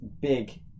big